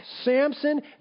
Samson